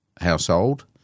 household